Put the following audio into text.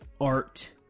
art